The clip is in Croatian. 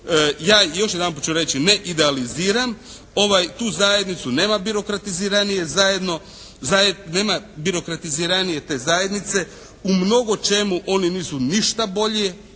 Tu zajednicu nema birokratiziranije zajedno, nema birokratiziranije te zajednice. U mnogočemu oni nisu ništa bolji